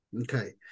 Okay